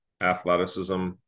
athleticism